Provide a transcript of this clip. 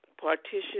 partition